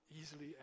easily